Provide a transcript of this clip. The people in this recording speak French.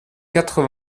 quatre